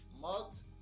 mugs